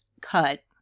cut